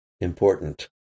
important